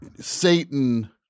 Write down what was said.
Satan